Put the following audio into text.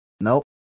Nope